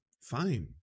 fine